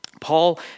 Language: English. Paul